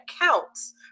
counts